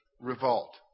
revolt